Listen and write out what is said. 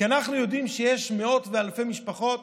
כי אנחנו יודעים שיש מאות ואלפי משפחות